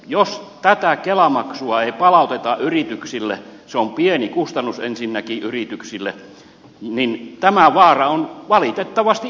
jos kelamaksua ei palauteta yrityksille se on ensinnäkin pieni kustannus yrityksille niin tämä vaara on valitettavasti olemassa